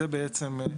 זה בעצם.